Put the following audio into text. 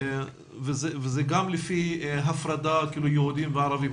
וזה גם לפי הפרדה של יהודים וערבים,